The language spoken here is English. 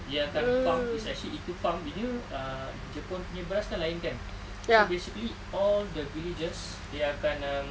dia akan farm is actually itu farm dia uh jepun punya beras kan lain kan so basically all the villagers dia akan um